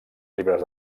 llibres